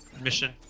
mission